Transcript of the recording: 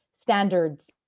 standards